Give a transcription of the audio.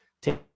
take